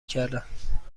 کردم